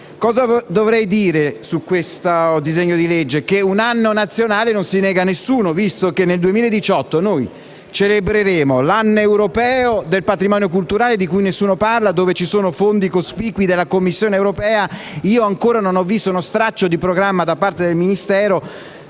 Cosa dovrei dire su questo disegno di legge? Che un anno nazionale non si nega a nessuno, visto che nel 2018 celebreremo l'anno europeo del patrimonio culturale, di cui nessuno parla e per il quale sono previsti fondi cospicui da parte della Commissione europea. Ebbene, io non ho ancora visto uno straccio di programma da parte del Ministero